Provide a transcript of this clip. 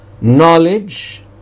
knowledge